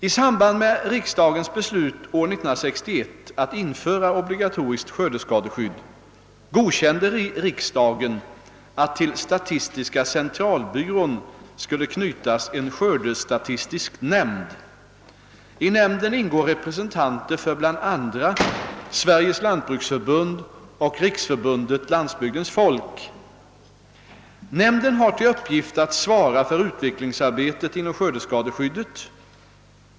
I samband med riksdagens beslut år 1961 att införa obligatoriskt skördeskadeskydd godkände riksdagen att till statistiska centralbyrån skulle knytas en skördestatistisk nämnd. I nämnden ingår representanter för bl.a. Sveriges lantbruksförbund och Riksförbundet Landsbygdens folk. Nämnden har till uppgift att svara för utvecklingsarbetet inom skördeskadeskyddet.